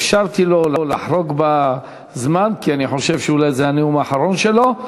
אפשרתי לו לחרוג בזמן כי אני חושב שאולי זה הנאום האחרון שלו.